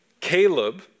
Caleb